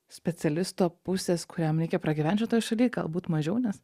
specialisto pusės kuriam reikia pragyvent šitoj šaly galbūt mažiau nes